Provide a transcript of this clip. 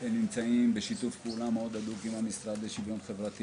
נמצאים בשיתוף פעולה מאוד הדוק עם המשרד לשוויון חברתי